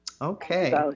Okay